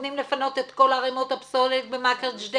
מתכוונים לפנות את כל ערימות הפסולת במכר-ג'דיידה,